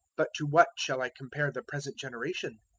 but to what shall i compare the present generation?